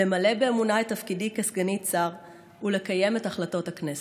למלא באמונה את תפקידי כסגנית שר ולקיים את החלטות הכנסת.